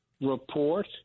report